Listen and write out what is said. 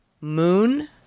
Moon